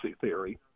theory